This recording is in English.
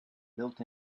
built